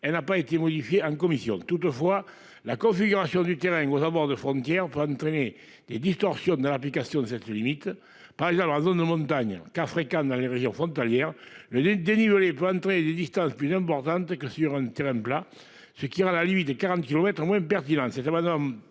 Elle n'a pas été modifié en commission toutefois la configuration du terrain aux abords de frontières enfin entraîner des distorsions dans l'application de cette limite, par exemple dans la zone de montagne car fréquents dans les régions frontalières les dénivelés peuvent entrer des distances plus importante que sur un terrain plat ce qui ira à la limite des 40 kilomètres au moins pertinente,